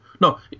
no